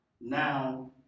now